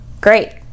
great